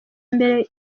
mbere